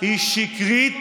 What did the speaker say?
היא שקרית,